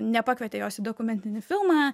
nepakvietė jos į dokumentinį filmą